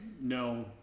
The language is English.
No